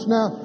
Now